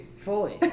fully